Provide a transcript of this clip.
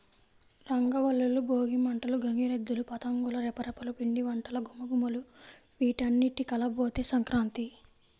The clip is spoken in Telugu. రంగవల్లులు, భోగి మంటలు, గంగిరెద్దులు, పతంగుల రెపరెపలు, పిండివంటల ఘుమఘుమలు వీటన్నింటి కలబోతే సంక్రాంతి